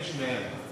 תני לשתיהן.